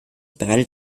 bereitet